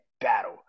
battle